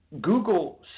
Google